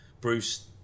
Bruce